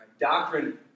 Doctrine